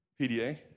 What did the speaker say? PDA